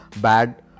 bad